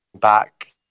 back